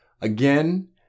again